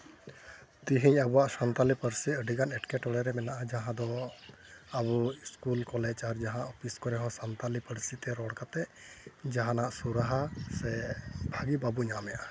ᱛᱮᱦᱤᱧ ᱟᱵᱚᱣᱟᱜ ᱥᱟᱶᱛᱟᱞᱤ ᱯᱟᱹᱨᱥᱤ ᱟᱹᱰᱤᱜᱟᱱ ᱮᱸᱴᱠᱮᱴᱚᱬᱮ ᱨᱮ ᱢᱮᱱᱟᱜᱼᱟ ᱡᱟᱦᱟᱸ ᱫᱚ ᱟᱵᱚ ᱤᱥᱠᱩᱞ ᱠᱚᱞᱮᱡᱽ ᱟᱨ ᱡᱟᱦᱟᱸ ᱚᱯᱷᱤᱥ ᱠᱚᱨᱮ ᱦᱚᱸ ᱥᱟᱶᱛᱟᱞᱤ ᱯᱟᱹᱨᱥᱤᱛᱮ ᱨᱚᱲ ᱠᱟᱛᱮᱫ ᱡᱟᱦᱟᱱᱟᱜ ᱥᱩᱨᱟᱦᱟ ᱥᱮ ᱵᱷᱟᱹᱜᱤ ᱵᱟᱵᱚ ᱧᱟᱢᱮᱫᱟ